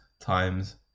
times